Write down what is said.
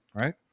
right